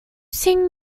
sing